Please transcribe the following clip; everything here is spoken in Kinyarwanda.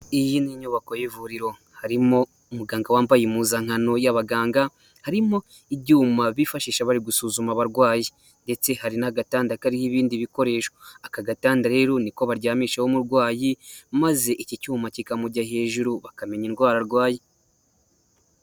Iyi ni inyubako y'ivuriro harimo umuganga wambaye impuzankano y'abaganga, harimo ibyuma bifashisha bari gusuzuma abarwayi ndetse hari n'agatanda kariho ibindi bikoresho, aka gatanda rero niko baryamishaho umurwayi maze iki cyuma kikamujya hejuru bakamenya indwara arwaye.